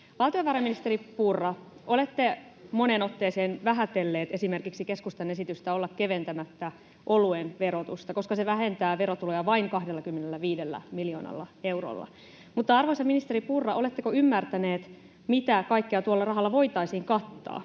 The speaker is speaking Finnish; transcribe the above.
Valtiovarainministeri Purra, olette moneen otteeseen vähätellyt esimerkiksi keskustan esitystä olla keventämättä oluen verotusta, koska se vähentää verotuloja vain 25 miljoonalla eurolla. Mutta, arvoisa ministeri Purra, oletteko ymmärtäneet, mitä kaikkea tuolla rahalla voitaisiin kattaa?